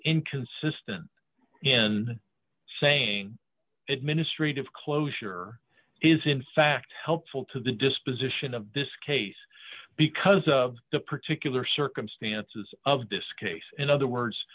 inconsistent in saying administrative closure is in fact helpful to the disposition of this case because of the particular circumstances of this case in other words